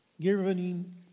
giving